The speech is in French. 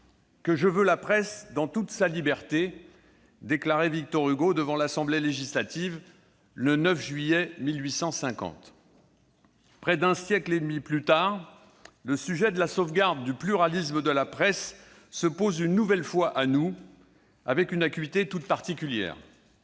que je veux la presse dans toute sa liberté », déclarait Victor Hugo devant l'Assemblée nationale législative, le 9 juillet 1850. Près d'un siècle et demi plus tard, la question de la sauvegarde du pluralisme de la presse se pose une nouvelle fois à nous, avec une acuité toute particulière.